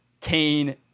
Kane